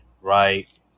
right